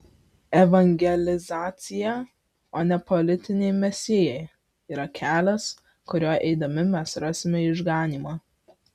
evangelizacija o ne politiniai mesijai yra kelias kuriuo eidami mes rasime išganymą